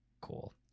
cool